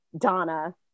Donna